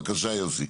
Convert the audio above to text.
בבקשה, יוסי.